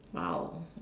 !wow!